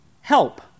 Help